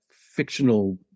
fictional